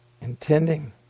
intending